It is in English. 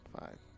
five